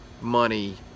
money